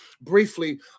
briefly